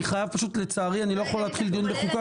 לצערי אני יכול להתחיל דיון בחוקה,